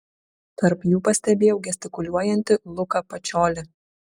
tarp jų pastebėjau gestikuliuojantį luką pačiolį